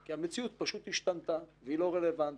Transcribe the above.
כי המציאות פשוט השתנתה והיא לא רלוונטית.